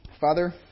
Father